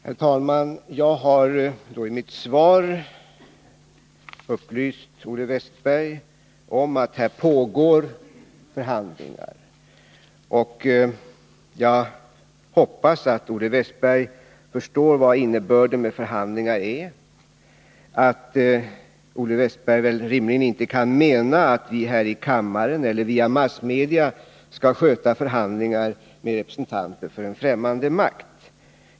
Herr talman! Jag har i mitt svar upplyst Olle Wästberg i Stockholm om att här pågår förhandlingar. Jag hoppas att Olle Wästberg förstår vad innebörden av förhandlingar är och att Olle Wästberg rimligen inte kan mena att vi här i kammaren eller via massmedia skall sköta förhandlingar med representanter för en främmande makt.